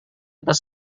atas